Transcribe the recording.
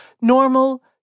normal